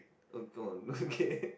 oh gone okay